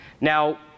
Now